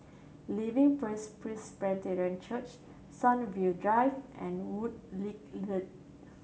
Living Praise Presbyterian Church Sunview Drive and Woodleigh Link